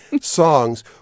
songs